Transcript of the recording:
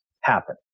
happen